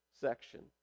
section